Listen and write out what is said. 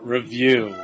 Review